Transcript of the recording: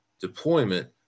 deployment